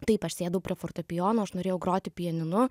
taip aš sėdau prie fortepijono aš norėjau groti pianinu